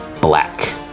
black